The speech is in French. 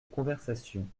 conversation